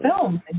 films